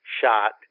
shot